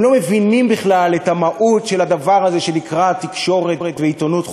הם לא מבינים בכלל את המהות של הדבר הזה שנקרא תקשורת ועיתונות חופשית.